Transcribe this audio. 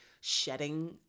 shedding